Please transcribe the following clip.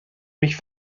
mich